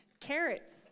carrots